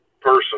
person